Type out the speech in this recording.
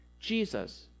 Jesus